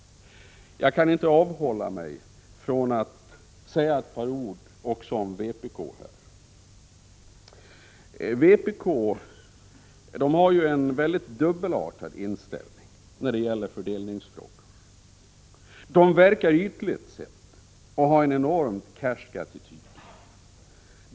Jag kan inte avhålla mig från att också säga ett par ord om vpk. Vpk har en kluven inställning i fördelningsfrågor. Partiet verkar ytligt sett att ha en enormt karsk attityd.